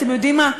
אתם יודעים מה,